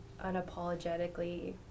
unapologetically